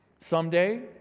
someday